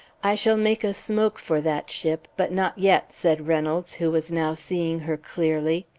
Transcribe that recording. i shall make a smoke for that ship, but not yet, said reynolds, who was now seeing her clearly.